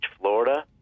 Florida